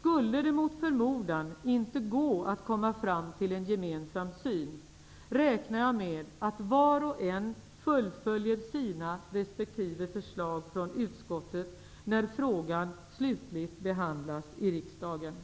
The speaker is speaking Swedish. Skulle det mot förmodan inte gå att komma fram till en gemensam syn, räknar jag med att var och en fullföljer sina respektive förslag från utskottet, när frågan slutligt behandlas i riksdagen.''